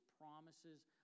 promises